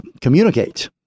communicate